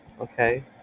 Okay